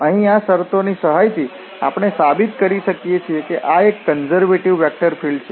અહીં આ શરતોની સહાયથી આપણે સાબિત કરી શકીએ કે આ એક કન્ઝર્વેટિવ વેક્ટર ફીલ્ડ્ છે